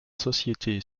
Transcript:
société